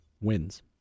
wins